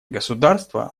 государства